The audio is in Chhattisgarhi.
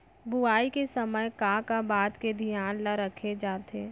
बुआई के समय का का बात के धियान ल रखे जाथे?